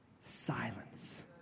Silence